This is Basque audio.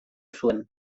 zuen